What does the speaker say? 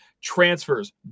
transfers